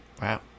wow